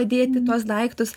padėti tuos daiktus